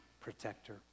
protector